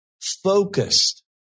focused